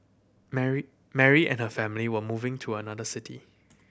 Mary Mary and her family were moving to another city